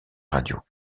radios